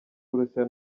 burusiya